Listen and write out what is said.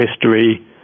history